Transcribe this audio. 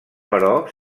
però